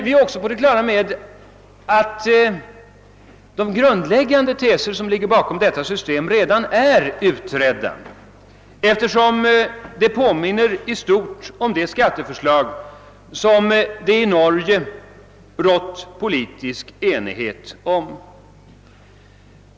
Vi vet dock att de grundläggande teser som ligger bakom detta system redan är utredda, eftersom det i stort påminner om det skatteförslag som det i Nor ge rått politisk enighet om.